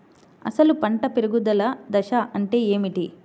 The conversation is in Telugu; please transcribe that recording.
అసలు పంట పెరుగుదల దశ అంటే ఏమిటి?